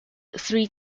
three